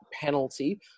penalty